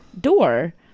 door